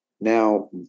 Now